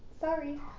sorry